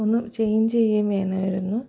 ഒന്നു ചേയ്ഞ്ച് ചെയ്യുകയും വേണമായിരുന്നു